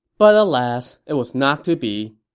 but alas, it was not to be.